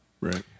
right